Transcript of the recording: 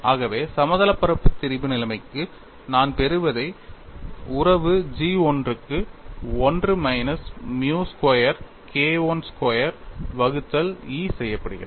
ஆகவே சமதளப் பரப்பு திரிபு நிலைமைக்கு நான் பெறுவதை உறவு G I க்கு 1 minus mu square K I square வகுத்தல் E செய்யப்படுகிறது